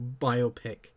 biopic